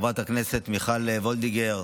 חברת הכנסת מיכל וולדיגר,